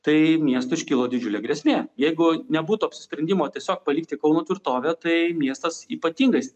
tai miestui iškilo didžiulė grėsmė jeigu nebūtų apsisprendimo tiesiog palikti kauno tvirtovę tai miestas ypatingai